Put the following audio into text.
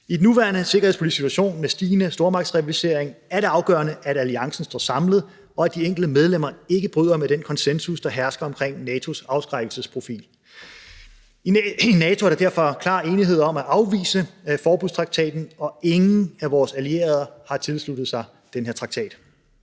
I den nuværende sikkerhedspolitiske situation med stigende stormagtsrivalisering er det afgørende, at alliancen står samlet, og at de enkelte medlemmer ikke bryder med den konsensus, der hersker omkring NATO’s afskrækkelsesprofil. I NATO er der derfor klar enighed om at afvise forbudstraktaten, og ingen af vores allierede har tilsluttet sig den her traktat.